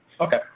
Okay